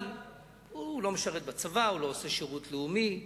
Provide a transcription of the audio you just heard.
אבל הוא לא משרת בצבא, הוא לא עושה שירות לאומי,